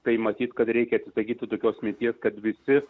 tai matyt kad reikia atsisakyti tokios minties kad visi